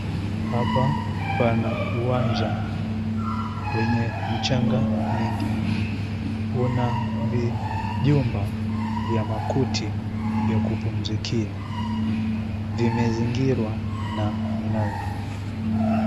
Hapa pana uwanja wenye mchanga mingi. Ona vijumba vya makuti vya kupumzikia. Vimezungirwa na minazi.